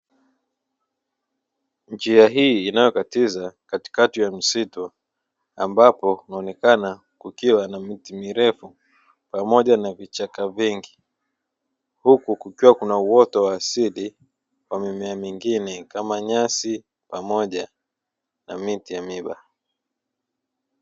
Njia hii inayokatiza katikati ya msitu, ambapo kunaonekana kukiwa na miti mirefu pamoja na vichaka vingi. Huku kukiwa kuna uoto wa asili wa mimea mingine kama nyasi, pamoja na miti ya miba.